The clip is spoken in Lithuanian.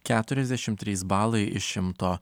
keturiasdešimt trys balai iš šimto